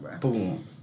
Boom